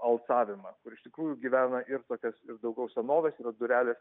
alsavimą kur iš tikrųjų gyvena ir tokios ir daugiau senovės yra durelės